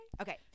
Okay